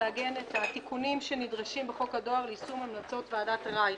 לעגן את התיקונים שנדרשים בחוק הדואר ליישום המלצות ועדת רייך,